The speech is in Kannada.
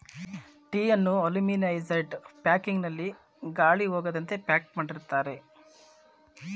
ಟೀಯನ್ನು ಅಲುಮಿನೈಜಡ್ ಫಕಿಂಗ್ ನಲ್ಲಿ ಗಾಳಿ ಹೋಗದಂತೆ ಪ್ಯಾಕ್ ಮಾಡಿರುತ್ತಾರೆ